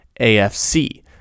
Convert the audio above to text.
AFC